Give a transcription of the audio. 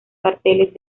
carteles